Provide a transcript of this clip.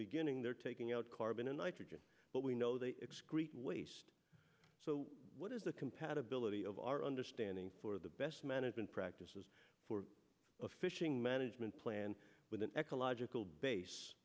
beginning they're taking out carbon and nitrogen but we know they excrete waste so what is the compatibility of our understanding for the best management practices for fishing management plan with an ecological base